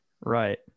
Right